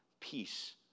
peace